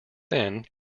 then